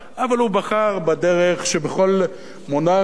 אבל הוא בחר בדרך שבכל מונרכיה,